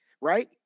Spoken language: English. right